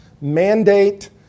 mandate